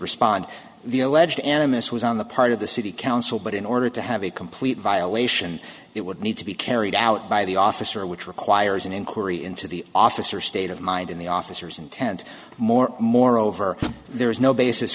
respond the alleged animus was on the part of the city council but in order to have a complete violation it would need to be carried out by the officer which requires an inquiry into the officer state of mind in the officers intent more moreover there is no basis